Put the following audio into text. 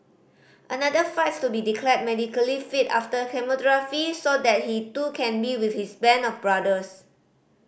another fights to be declared medically fit after chemotherapy so that he too can be with his band of brothers